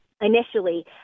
initially